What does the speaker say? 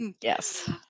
Yes